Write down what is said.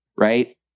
right